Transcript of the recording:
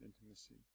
intimacy